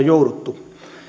jouduttu